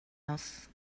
else